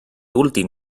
últim